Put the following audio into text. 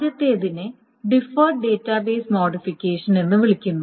ആദ്യത്തേതിനെ deferred database modification എന്ന് വിളിക്കുന്നു